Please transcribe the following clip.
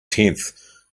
tenth